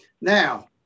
now